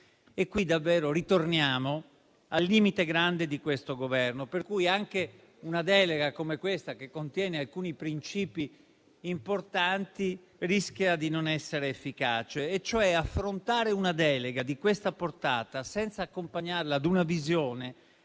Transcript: Qui davvero ritorniamo al limite grande di questo Governo, per cui anche una delega come questa, che contiene alcuni princìpi importanti, rischia di non essere efficace. Affrontare una delega di tale portata senza accompagnarla ad una visione